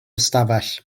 ystafell